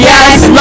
Yes